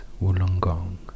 Wollongong